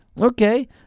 Okay